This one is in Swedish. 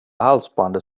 halsbandet